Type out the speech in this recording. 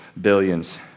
billions